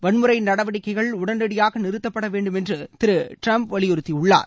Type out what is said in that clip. வன்முறை நடவடிக்கைகள் உடனடியாக நிறுத்தப்பட வேண்டுமென்று டிரம்ப கிமு வலியுறுத்தியுள்ளார்